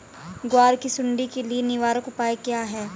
ग्वार की सुंडी के लिए निवारक उपाय क्या है?